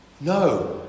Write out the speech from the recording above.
No